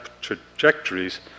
trajectories